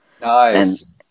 Nice